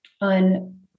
on